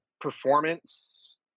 performance